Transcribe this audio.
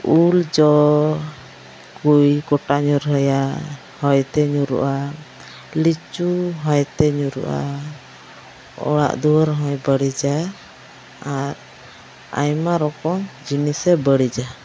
ᱩᱞ ᱡᱚᱠᱚᱭ ᱠᱚᱴᱟ ᱧᱩᱨᱦᱟᱹᱭᱟ ᱦᱚᱭᱛᱮ ᱧᱩᱨᱩᱜᱼᱟ ᱞᱤᱪᱩ ᱦᱚᱭᱛᱮ ᱧᱩᱨᱩᱜᱼᱟ ᱚᱲᱟᱜᱼᱫᱩᱣᱟᱹᱨ ᱦᱚᱭᱛᱮ ᱵᱟᱹᱲᱤᱡᱟᱭ ᱟᱨ ᱟᱭᱢᱟ ᱨᱚᱠᱚᱢ ᱡᱤᱱᱤᱥᱮ ᱵᱟᱹᱲᱤᱡᱟ